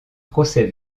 procès